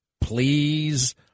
please